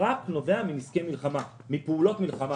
רק מנזקים בעקבות פעולות מלחמה.